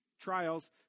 trials